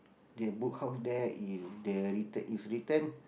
the book out there is the writte~ is written